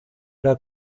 era